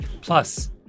Plus